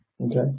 Okay